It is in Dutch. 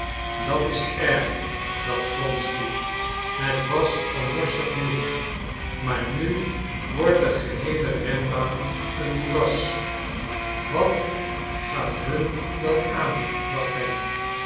dat is erg dacht wronsky het was al morsig genoeg maar nu wordt de geheele renbaan een moeras wat gaat hun dat aan dacht hij